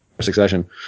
succession